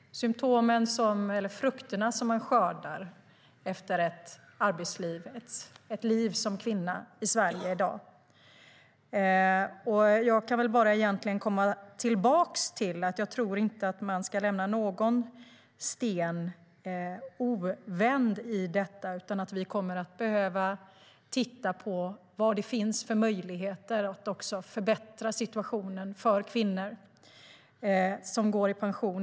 Det är de frukter man skördar efter sitt arbetsliv, ett liv som kvinna i Sverige i dag. Jag tror inte att man ska lämna någon sten ovänd i detta. Vi kommer att behöva se på vad det finns för möjligheter att förbättra situationen för kvinnor som går i pension.